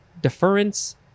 deference